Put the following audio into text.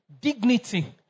dignity